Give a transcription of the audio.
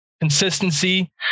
consistency